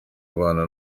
abana